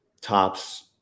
tops